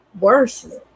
worse